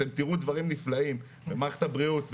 אתם תראו דברים נפלאים במערכת הבריאות,